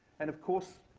and of course,